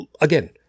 again